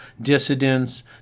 dissidents